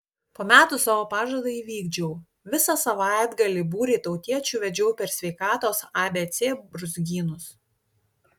po metų savo pažadą įvykdžiau visą savaitgalį būrį tautiečių vedžiau per sveikatos abc brūzgynus